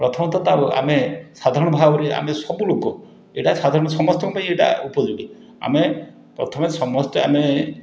ପ୍ରଥମତଃ ତା' ଆମେ ସାଧାରଣ ଭାବରେ ଆମେ ସବୁ ଲୋକ ଏଇଟା ସାଧାରଣ ସମସ୍ତଙ୍କ ପାଇଁ ଏଇଟା ଉପଯୋଗୀ ଆମେ ପ୍ରଥମେ ସମସ୍ତେ ଆମେ